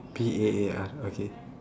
P E A R okay